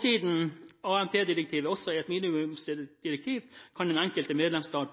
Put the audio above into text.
Siden AMT-direktivet også er et minimumsdirektiv, kan den enkelte medlemsstat